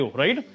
right